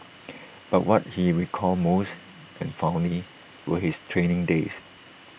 but what he recalled most and fondly were his training days